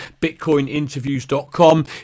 bitcoininterviews.com